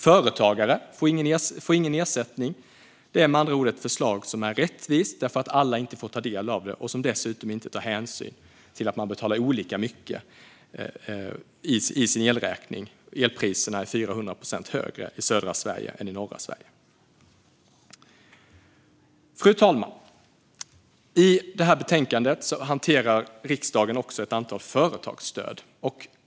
Företagare får ingen ersättning. Det här är med andra ord ett förslag som inte är rättvist, eftersom alla inte får del av det, och som dessutom inte tar hänsyn till att man betalar olika mycket för sin elräkning. Elpriserna är 400 procent högre i södra Sverige än i norra Sverige. Fru talman! I betänkandet hanterar riksdagen också ett antal företagsstöd.